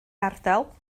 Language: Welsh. ardal